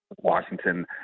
Washington